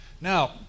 Now